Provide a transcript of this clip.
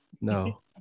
No